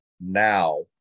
now